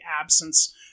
absence